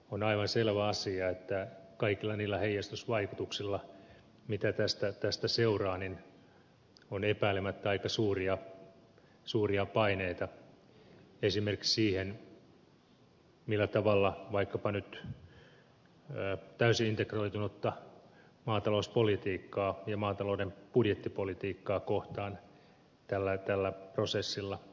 on aivan selvä asia että kaikilla niillä heijastusvaikutuksilla mitä tästä seuraa on epäilemättä aika suuria paineita esimerkiksi siihen millä tavalla vaikkapa nyt täysin integroitunutta maatalouspolitiikkaa ja maatalouden budjettipolitiikkaa kohtaan tällä prosessilla on